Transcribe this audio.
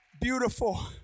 beautiful